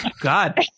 God